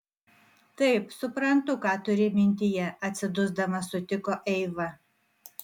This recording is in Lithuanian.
taip suprantu ką turi mintyje atsidusdama sutiko eiva